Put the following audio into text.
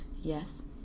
Yes